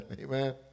Amen